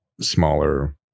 smaller